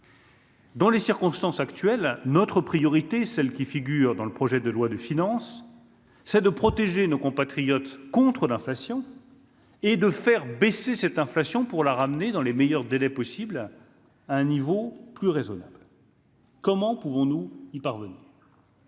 Dans les circonstances actuelles, notre priorité, celle qui figure dans le projet de loi de finances, c'est de protéger nos compatriotes contre l'inflation et de faire baisser cette inflation pour la ramener dans les meilleurs délais possible à un niveau plus raisonnable. Comment pouvons-nous y parvenir.